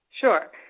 Sure